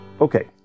Okay